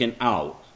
out